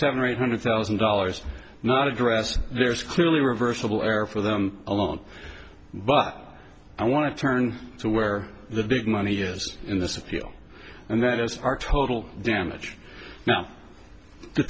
seven or eight hundred thousand dollars not addressed there is clearly reversible error for them alone but i want to turn to where the big money is in this appeal and that is our total damage